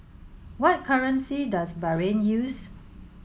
what currency does Bahrain use